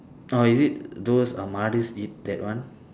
orh is it those uh maadus eat that one